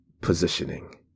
positioning